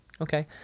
okay